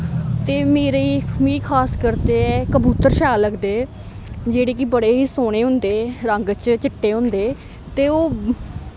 ते मेरी मिगी खासकर ते कबूतर शैल लगदे जेह्ड़े कि बड़े गै शैल होंदा रंग च चिट्टे होंदे ते ओह्